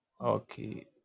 Okay